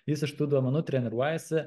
jis iš tų duomenų treniruojasi